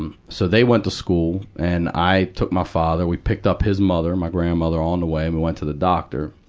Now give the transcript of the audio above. um so they went to school. and i took my father. we picked up his mother, and my grandmother, on the way, and we went to the doctor.